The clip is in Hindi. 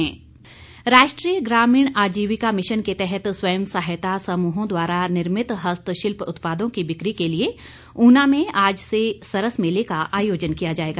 सरस मेला राष्ट्रीय ग्रामीण आजीविका मिशन के तहत स्वयं सहायता समूहों द्वारा निर्मित हस्तशिल्प उत्पादों की बिक्री के लिए ऊना में आज से सरस मेले का आयोजन किया जाएगा